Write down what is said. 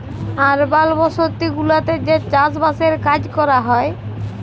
আরবাল বসতি গুলাতে যে চাস বাসের কাজ ক্যরা হ্যয়